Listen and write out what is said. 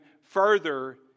further